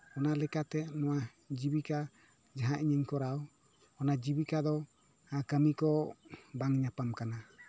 ᱚᱱᱟ ᱞᱮᱠᱟᱛᱮ ᱱᱚᱣᱟ ᱡᱤᱵᱤᱠᱟ ᱡᱟᱦᱟᱸ ᱤᱧᱤᱧ ᱠᱚᱨᱟᱣ ᱚᱱᱟ ᱡᱤᱵᱤᱠᱟ ᱫᱚ ᱠᱟᱹᱢᱤ ᱠᱚ ᱵᱟᱝ ᱧᱟᱯᱟᱢ ᱠᱟᱱᱟ